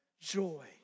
Joy